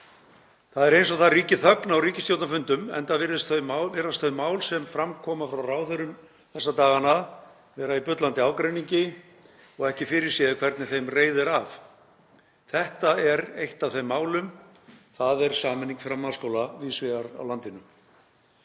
Það er eins og það ríki þögn á ríkisstjórnarfundum enda virðast þau mál sem fram koma frá ráðherrum þessa dagana vera í bullandi ágreiningi og ekki er fyrirséð hvernig þeim reiðir af. Þetta er eitt af þeim málum, þ.e. sameining framhaldsskóla víðs vegar á landinu.